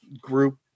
group